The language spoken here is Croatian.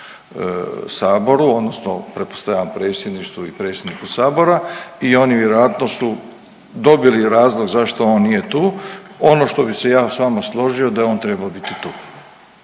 saboru odnosno pretpostavljam predsjedništvu i predsjedniku sabora i oni vjerojatno su dobili razlog zašto on nije tu. Ono što bi se ja s vama složio da je on trebao biti tu.